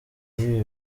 y’ibi